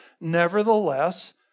Nevertheless